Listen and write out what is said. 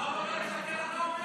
אז לעזוב אותו לשקר, אתה אומר?